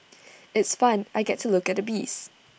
it's fun I get to look at the bees